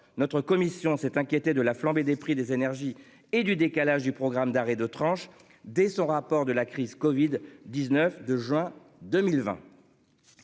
notre commission s'est inquiété de la flambée des prix des énergies et du décalage du programme d'arrêt de tranche dès son rapport de la crise Covid 19 de juin 2020.